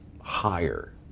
higher